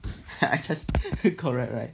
I just correct right